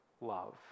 love